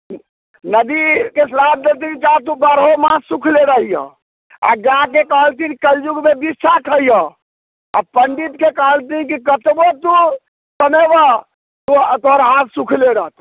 नदीके श्राप देलथिन जा तू बारहो मास सुखले रहिअ आ गायके कहलथिन कलजुगमे बिष्ठा खैहऽ आ पण्डितके कहलथिन कि कतबो तू कमयबऽ तोहर हाथ सुखले रहतऽ